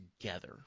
together